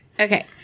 Okay